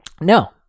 No